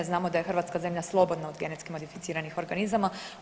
Znamo da je Hrvatska zemlja slobodna od genetski modificiranih organizama.